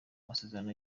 amasezerano